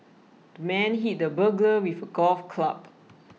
the man hit the burglar with a golf club